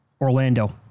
Orlando